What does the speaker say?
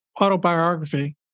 autobiography